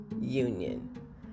Union